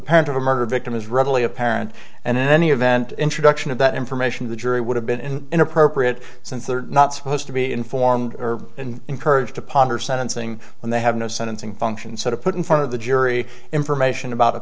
parent of a murder victim is readily apparent and any event introduction of that information the jury would have been inappropriate since they're not supposed to be informed and encouraged to ponder sentencing when they have no sentencing function sort of put in front of the jury information about a